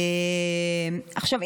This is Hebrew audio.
עכשיו,